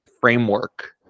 framework